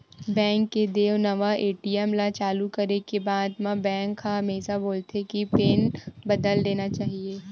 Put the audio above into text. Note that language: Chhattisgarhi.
बेंक के देय नवा ए.टी.एम ल चालू करे के बाद म बेंक ह हमेसा बोलथे के पिन बदल लेना चाही